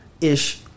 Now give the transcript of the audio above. ish